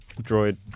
droid